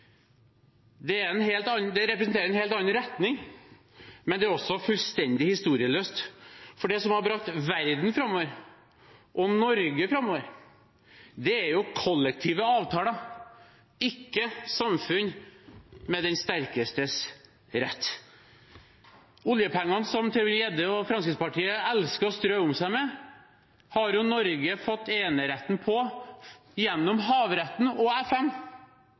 Det representerer en helt annen retning, men det er også fullstendig historieløst, for det som har brakt verden og Norge framover, er jo kollektive avtaler, ikke samfunn med den sterkestes rett. Oljepengene som Tybring-Gjedde og Fremskrittspartiet elsker å strø om seg med, har jo Norge fått eneretten på gjennom havretten og FN,